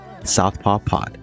southpawpod